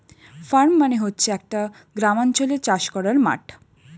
farm মানে হচ্ছে একটা গ্রামাঞ্চলে চাষ করার মাঠ